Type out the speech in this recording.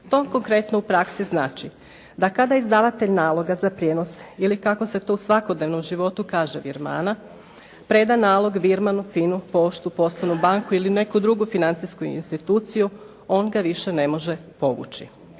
To konkretno u praksi znači da kada izdavatelj naloga za prijenos ili kako se to u svakodnevnom životu kaže virmana preda nalog, virman u FINA-u, poštu, poslovnu banku ili neku drugu financijsku instituciju on ga više ne može povući.